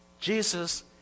Jesus